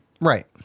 Right